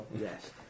Yes